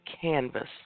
canvas